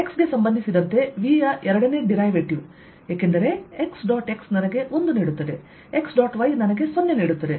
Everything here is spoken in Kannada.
x ಗೆ ಸಂಬಂಧಿಸಿದಂತೆ V ಯ ಎರಡನೇ ಡಿರೈವೇಟಿವ್ ಏಕೆಂದರೆ x ಡಾಟ್ x ನನಗೆ 1 ನೀಡುತ್ತದೆ x ಡಾಟ್ y ನನಗೆ 0 ನೀಡುತ್ತದೆ